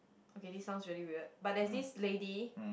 okay this sounds really weird but there is this lady